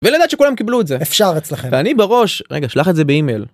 ולדעת שכולם קיבלו את זה אפשר אצלכם ואני בראש רגע שלח את זה באימייל